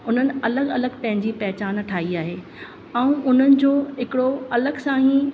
हुननि अलॻि अलॻि पंहिंजी पहिचान ठाही आहे ऐं हुननि जो हिकिड़ो अलॻि सां ई